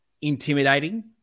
intimidating